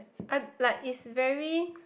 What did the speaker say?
I like it's very